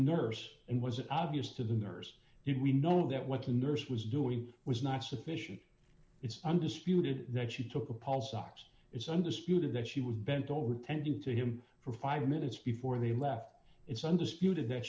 nurse and was obvious to the nurse did we know that what the nurse was doing was not sufficient it's undisputed that she took a pulse ox it's undisputed that she was bent over tending to him for five minutes before they left it's undisputed that